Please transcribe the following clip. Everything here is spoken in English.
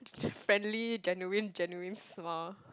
friendly genuine genuine smile